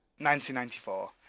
1994